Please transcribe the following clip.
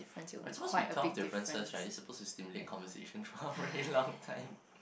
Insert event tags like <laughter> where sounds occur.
there are suppose to be twelve differences right we are suppose to stimulate conversation for <laughs> a very long time